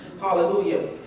Hallelujah